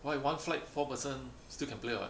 why one flight four person still can play [what]